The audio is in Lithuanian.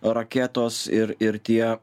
raketos ir ir tie